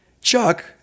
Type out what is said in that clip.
Chuck